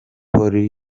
polly